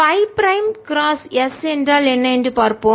Φ prime cross s என்றால் என்ன என்று பார்ப்போம்